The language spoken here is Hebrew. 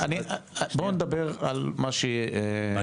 בוא ונדבר על מה שיהיה.